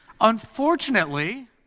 Unfortunately